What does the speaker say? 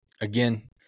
Again